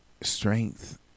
strength